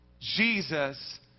Jesus